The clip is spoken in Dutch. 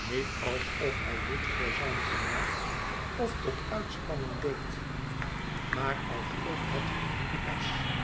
niet alsof hij dit voor zijn vermaak oftotuitspanning deed maar alsof het een moet was